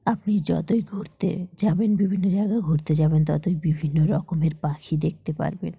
আপনি যতই ঘুরতে যাবেন বিভিন্ন জায়গায় ঘুরতে যাবেন ততই বিভিন্ন রকমের পাখি দেখতে পারবেন